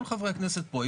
כל חברי הכנסת פה.